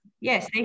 yes